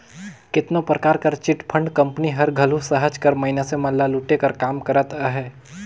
केतनो परकार कर चिटफंड कंपनी हर घलो सहज कर मइनसे मन ल लूटे कर काम करत अहे